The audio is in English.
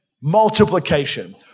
multiplication